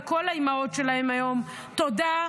כתבתי לכל האימהות שלהן היום תודה,